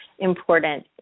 important